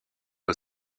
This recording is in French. aux